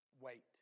Wait